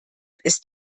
ist